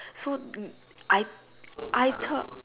so I I